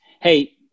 hey